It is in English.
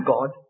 God